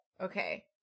okay